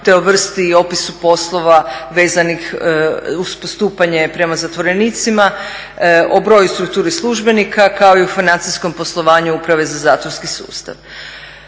te o vrsti i opisu poslova vezanih uz postupanje prema zatvorenicima, o broju i strukturi službenika kao i financijskom poslovanju Uprave za zatvorski sustav.